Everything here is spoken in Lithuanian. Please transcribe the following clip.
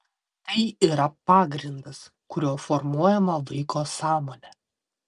tai yra pagrindas kuriuo formuojama vaiko sąmonė